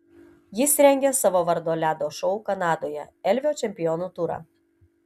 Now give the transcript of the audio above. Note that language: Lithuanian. jis rengia savo vardo ledo šou kanadoje elvio čempionų turą